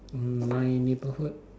um my neighbourhood